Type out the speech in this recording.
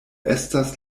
estas